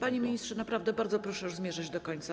Panie ministrze, naprawdę bardzo proszę już zmierzać do końca.